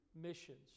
missions